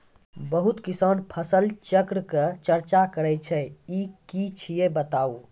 बहुत किसान फसल चक्रक चर्चा करै छै ई की छियै बताऊ?